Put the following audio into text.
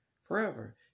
forever